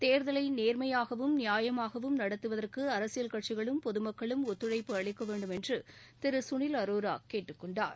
தேர்தலை நேர்மையாகவும் நியாயமாகவும் நடத்துவதற்கு அரசியல் கட்சிகளும் பொதுமக்களும் ஒத்துழைப்பு அளிக்க வேண்டும் என்று திரு சுனில் அரோரா கேட்டுக் கொண்டார்